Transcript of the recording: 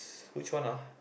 which one ah